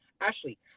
Ashley –